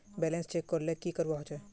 Balance check करले की करवा होचे?